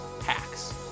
hacks